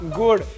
good